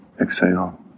Exhale